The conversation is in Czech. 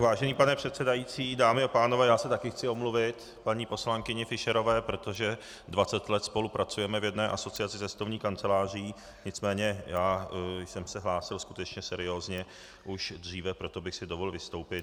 Vážený pane předsedající, dámy a pánové, já se taky chci omluvit paní poslankyni Fischerové, protože dvacet let spolu pracujeme v jedné asociaci cestovních kanceláří, nicméně já jsem se hlásil skutečně seriózně už dříve, a proto bych si dovolil vystoupit.